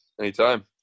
Anytime